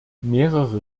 mehrere